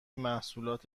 محصولات